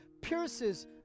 pierces